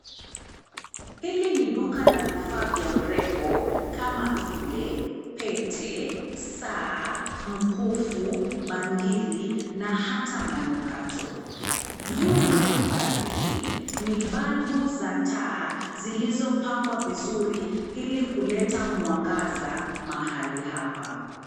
Hili ni duka la vifaa vya urembo, kama vile, pete, saa, mkufu, bangili, na hata manukato. Juu ya duka hili, ni balbu za taa, zilizopangwa vizuri, ilikuleta mwangaza mahali hapa.